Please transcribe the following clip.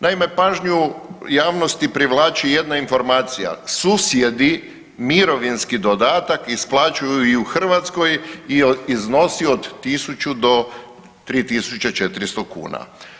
Naime, pažnju javnosti privlači jedna informacija, susjedi mirovinski dodatak isplaćuju i u Hrvatskoj i iznosi od 1.000 do 3.400 kuna.